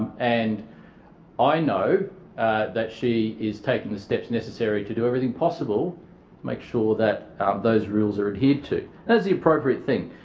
and i know that she is taking the steps necessary to do everything possible to make sure that those rules are adhered to as the appropriate thing.